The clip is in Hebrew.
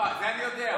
את זה אני יודע.